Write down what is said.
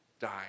die